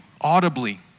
audibly